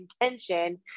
intention